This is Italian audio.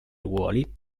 ruoli